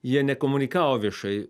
jie nekomunikavo viešai